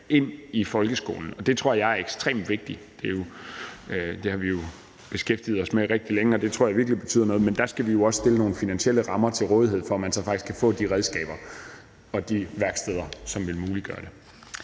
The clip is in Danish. ind i folkeskolen. Det tror jeg er ekstremt vigtigt, og det har vi jo beskæftiget os med rigtig længe. Det tror jeg virkelig betyder noget. Men der skal vi jo også stille nogle finansielle rammer til rådighed for, at man så faktisk kan få de redskaber og de værksteder, som ville muliggøre det.